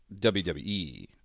WWE